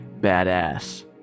badass